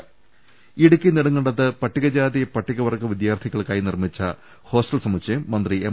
രദേഷ്ടെടു ഇടുക്കി നെടുങ്കണ്ടത്ത് പട്ടികജാതി പട്ടികവർഗ്ഗ വിദ്യാർത്ഥികൾക്കായി നിർമ്മിച്ച ഹോസ്റ്റൽ സമുച്ചയം മന്ത്രി എം